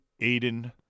Aiden